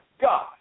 God